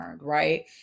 right